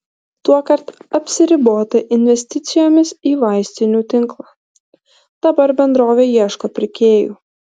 tuokart apsiribota investicijomis į vaistinių tinklą dabar bendrovė ieško pirkėjų